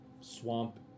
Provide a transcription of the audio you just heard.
swamp